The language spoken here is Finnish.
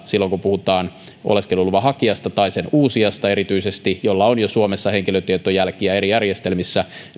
silloin kun puhutaan oleskeluluvan hakijasta tai erityisesti sen uusijasta jolla on jo suomessa henkilötietojälkiä eri järjestelmissä